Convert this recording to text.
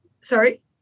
sorry